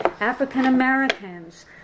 African-Americans